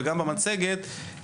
וגם במצגת,